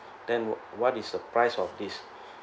then what is the price of this